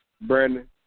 Brandon